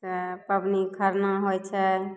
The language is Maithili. तए पबनी खरना होइ छै